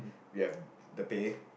we have the pay